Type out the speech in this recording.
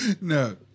No